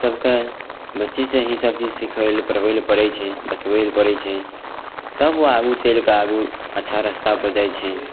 सभकेँ बच्चेसे ही सबचीज सिखबै ले पढ़बै ले पड़ै छै बतबै ले पड़ै छै तब ओ आगू चलिके आगू अच्छा रस्तापर जाइ छै